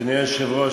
אדוני היושב-ראש,